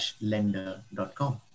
lender.com